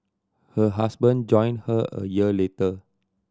her husband joined her a year later